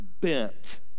bent